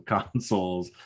Consoles